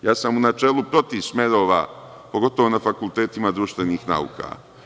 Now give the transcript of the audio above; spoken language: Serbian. U načelu sam protiv smerova, pogotovo na fakultetima društvenih nauka.